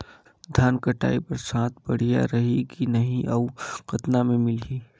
धान कटाई बर साथ बढ़िया रही की नहीं अउ कतना मे मिलही?